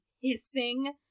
hissing